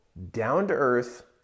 down-to-earth